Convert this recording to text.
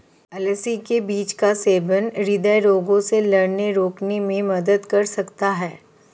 अलसी के बीज का सेवन हृदय रोगों से लड़ने रोकने में मदद कर सकता है